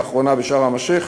לאחרונה בשארם-א-שיח',